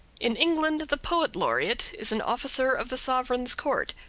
in england the poet laureate is an officer of the sovereign's court,